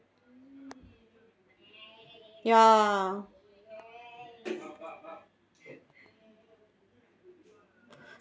ya